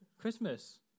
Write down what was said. Christmas